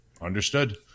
understood